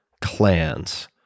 clans